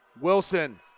Wilson